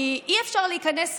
כי אי-אפשר להיכנס היום,